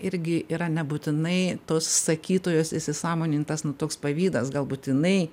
irgi yra nebūtinai tos sakytojos įsisąmonintas nu toks pavydas galbūt inai